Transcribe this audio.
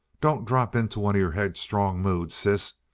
don't drop into one of your headstrong moods, sis.